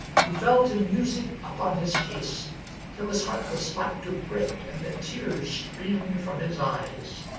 who fell to musing upon his case till his heart was like to break and the tears streamed from his eyes.